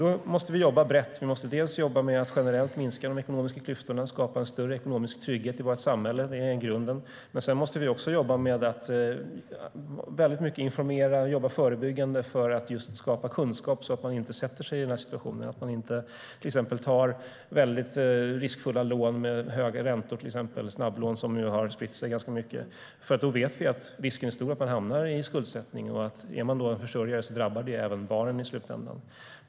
Då måste vi jobba brett. Vi måste jobba med att generellt minska de ekonomiska klyftorna och skapa en större ekonomisk trygghet i vårt samhälle. Det är grunden. Sedan måste vi också jobba med att informera mycket och jobba förebyggande för att just skapa kunskap, så att människor inte försätter sig i denna situation, till exempel att de inte tar mycket riskfyllda lån med höga räntor, till exempel snabblån, som har spritt sig mycket. Då vet vi att risken är stor för att människor hamnar i skuldsättning. Är man då en försörjare drabbar det i slutändan även barnen.